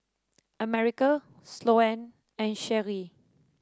America Sloane and Sheree